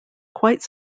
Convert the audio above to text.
quite